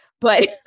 but-